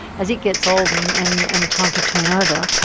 as it gets old and and and and time to turn over,